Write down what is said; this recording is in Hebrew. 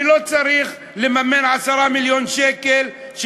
אני לא צריך לממן 10 מיליון שקל של